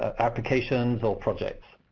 applications or projects?